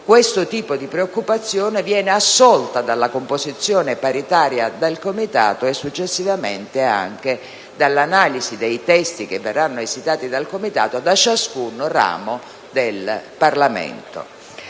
Questa preoccupazione viene assolta dalla composizione paritaria del Comitato e, successivamente, anche dall'analisi dei testi che verranno esitati dal Comitato da ciascun ramo del Parlamento.